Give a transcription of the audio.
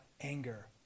anger